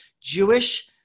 Jewish